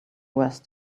worse